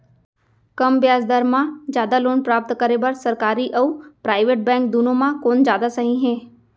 कम ब्याज दर मा जादा लोन प्राप्त करे बर, सरकारी अऊ प्राइवेट बैंक दुनो मा कोन जादा सही हे?